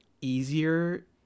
easier